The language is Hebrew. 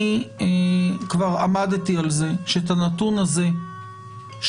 אני כבר עמדתי על זה שאת הנתון הזה של